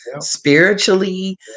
spiritually